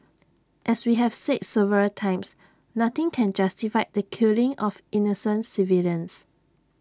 as we have said several times nothing can justify the killing of innocent civilians